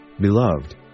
Beloved